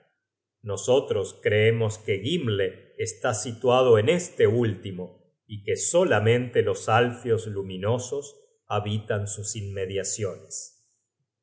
nosotros creemos que gimle está situado en este último y que solamente los alfios luminosos habitan sus inmediaciones